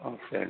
okay అండి